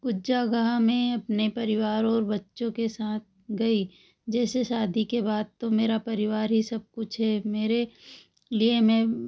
कुछ जगह में अपने परिवार और बच्चों के साथ गई जैसे शादी के बाद तो मेरा परिवार ही सब कुछ है मेरे लिए मैं